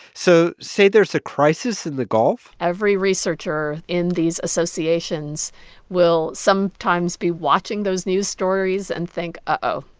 so say there's a crisis in the gulf. every researcher in these associations will sometimes be watching those news stories and think, uh-oh,